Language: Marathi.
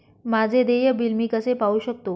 माझे देय बिल मी कसे पाहू शकतो?